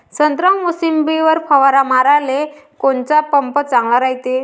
संत्रा, मोसंबीवर फवारा माराले कोनचा पंप चांगला रायते?